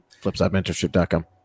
flipsidementorship.com